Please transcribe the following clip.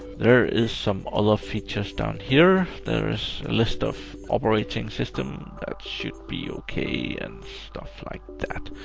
there is some other features down here. there is a list of operating system. that should be okay and stuff like that.